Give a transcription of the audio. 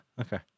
Okay